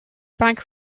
bank